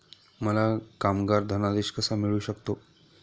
मला कामगार धनादेश कसा मिळू शकतो?